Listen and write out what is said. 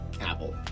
Apple